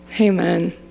Amen